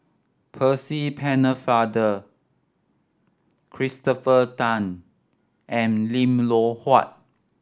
Percy Pennefather Christopher Tan and Lim Loh Huat